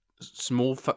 small